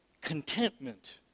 contentment